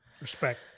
Respect